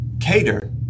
cater